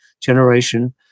generation